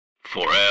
FOREVER